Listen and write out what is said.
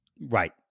Right